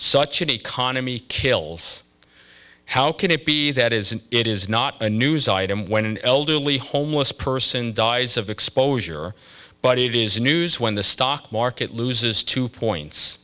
such an economy kills how can it be that is it is not a news item when an elderly homeless person dies of exposure but it is news when the stock market loses two points